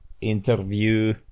interview